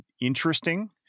interesting